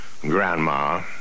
grandma